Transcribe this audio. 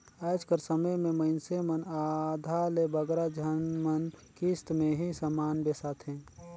आएज कर समे में मइनसे मन आधा ले बगरा झन मन किस्त में ही समान बेसाथें